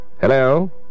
Hello